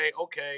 okay